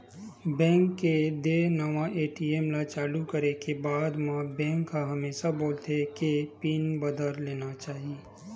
bank के देय नवा ए.टी.एम ल चालू करे के बाद म बेंक ह हमेसा बोलथे के पिन बदल लेना चाही